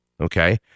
okay